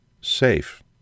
safe